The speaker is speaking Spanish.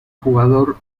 jugador